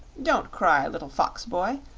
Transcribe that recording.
don't cry, little fox-boy.